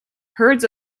herds